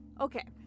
Okay